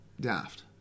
daft